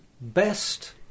Best